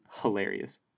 hilarious